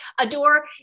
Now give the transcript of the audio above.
adore